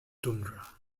tundra